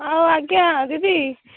ଆଉ ଆଜ୍ଞା ଯିବି